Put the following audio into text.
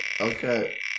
Okay